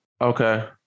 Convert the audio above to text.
Okay